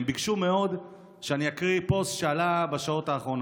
הם ביקשו מאוד שאקריא פוסט שעלה בשעות האחרונות,